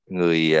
Người